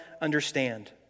understand